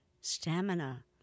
stamina